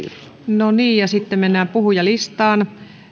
no niin ja sitten mennään puhujalistaan